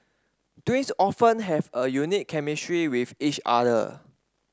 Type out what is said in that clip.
twins often have a unique chemistry with each other